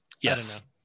yes